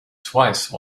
twice